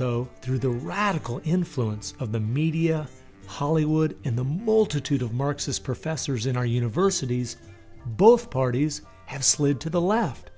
though through the radical influence of the media hollywood in the mall to toot of marxist professors in our universities both parties have slid to the left